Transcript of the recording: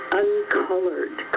uncolored